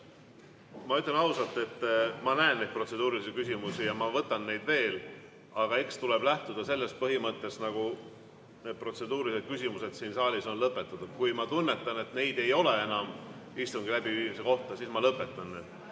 Ma ütlen ausalt, et ma näen neid protseduurilisi küsimusi ja ma võtan neid veel, aga eks tuleb lähtuda põhimõttest, et protseduurilised küsimused siin saalis on lõpetatud. Kui ma tunnetan, et need ei ole enam istungi läbiviimise kohta, siis ma lõpetan.